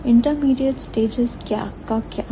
Intermediate stages इनका क्या है